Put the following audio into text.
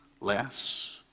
less